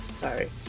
sorry